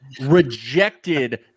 rejected